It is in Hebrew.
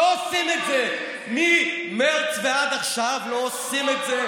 לא עושים את זה ממרץ ועד עכשיו לא עושים את זה,